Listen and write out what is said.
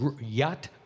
yacht